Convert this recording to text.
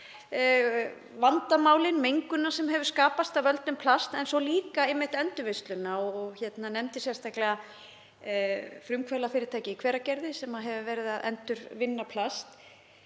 plastvandamálin, mengun sem hefur skapast af völdum plasts en svo líka einmitt endurvinnsluna og nefndi sérstaklega frumkvöðlafyrirtæki í Hveragerði sem hefur verið að endurvinna plast.